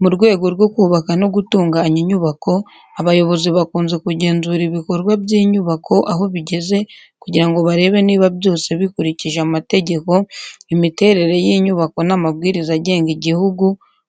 Mu rwego rwo kubaka no gutunganya inyubako, abayobozi bakunze kugenzura ibikorwa by’inyubako aho bigeze kugira ngo barebe niba byose bikurikije amategeko, imiterere y’inyubako, n’amabwiriza agenga igihugu